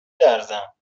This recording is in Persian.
لرزم